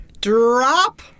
Drop